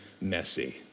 messy